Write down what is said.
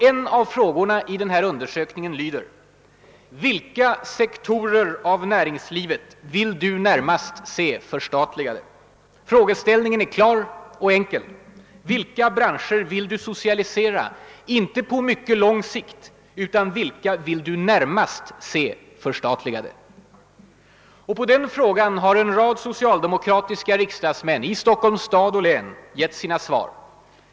En av frågorna i undersökningen lyder: » Vilka sektorer av näringslivet vill du närmast se förstatligade?» Frågeställningen är klar och enkel: vilka brancher vill du socialisera — inte på mycket lång sikt, utan vilka »vill du närmast se förstatligade». På denna fråga har en rad socialdemokratiska riksdagsmän i Stockholms stad och län givit sina svar.